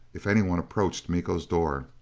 if anyone approached miko's door,